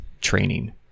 training